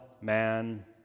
man